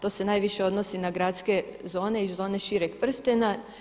To se najviše odnosi na gradske zone i zone šireg prstena.